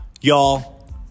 Y'all